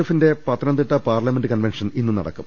എഫിന്റെ Pathanamthitta parliament convention ഇന്ന് നടക്കും